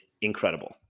incredible